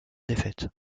défaite